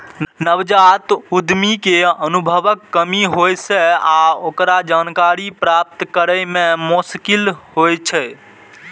नवजात उद्यमी कें अनुभवक कमी होइ छै आ ओकरा जानकारी प्राप्त करै मे मोश्किल होइ छै